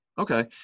Okay